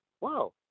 wow